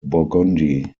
burgundy